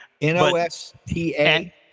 N-O-S-T-A